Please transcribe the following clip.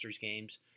games